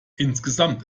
insgesamt